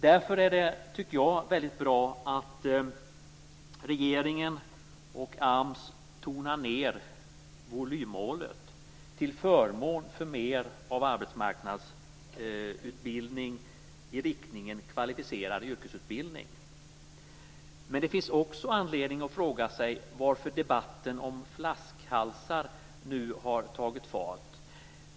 Därför är det, tycker jag, väldigt bra att regeringen och AMS tonar ned volymmålet till förmån för mer av arbetsmarknadsutbildning i riktningen kvalificerad yrkesutbildning. Men det finns också anledning att fråga sig varför debatten om flaskhalsar nu har tagit fart.